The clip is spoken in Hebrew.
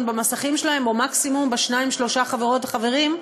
במסכים שלהם או מקסימום עם שניים-שלושה חברות וחברים.